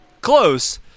Close